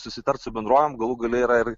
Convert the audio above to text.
susitart su bendrovėm galų gale yra ir